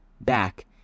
back